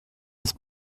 ist